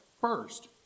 first